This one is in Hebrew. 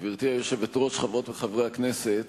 גברתי היושבת-ראש, חברות וחברי הכנסת,